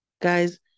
guys